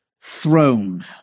throne